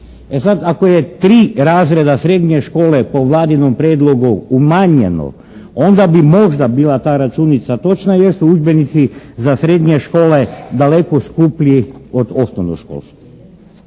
ako je tri razreda srednje škole po Vladinom prijedlogu umanjeno, onda bi možda bila ta računica točna jer su udžbenici za srednje škole daleko skuplji od osnovnog školstva.